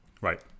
Right